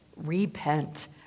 repent